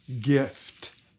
gift